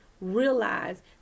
realize